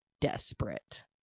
desperate